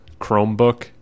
Chromebook